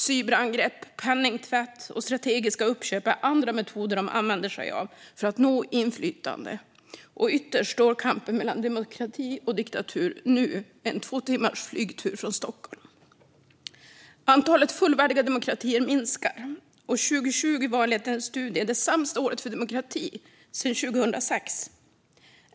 Cyberangrepp, penningtvätt och strategiska uppköp är andra metoder de använder sig av för att nå inflytande. Ytterst står nu kampen mellan demokrati och diktatur en två timmar lång flygtur från Stockholm. Antalet fullvärdiga demokratier minskar, och 2020 var enligt en studie det sämsta året för demokrati sedan 2006.